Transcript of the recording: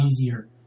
easier